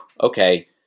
okay